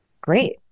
Great